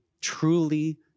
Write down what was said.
truly